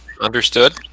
Understood